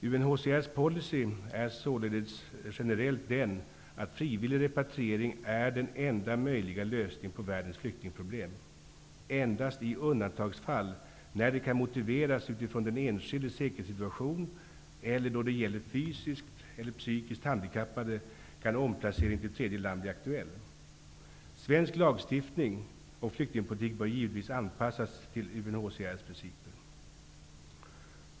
UNHCR:s policy är således generellt den att frivillig repatriering är den enda möjliga lösningen på världens flyktingproblem. Endast i undantagsfall, när det kan motiveras utifrån den enskildes säkerhetssituation eller då det gäller fysiskt eller psykiskt handikappade, kan omplacering till tredje land bli aktuell. Svensk lagstiftning och flyktingpolitik bör givetvis anpassas till UNHCR:s principer.